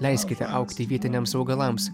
leiskite augti vietiniams augalams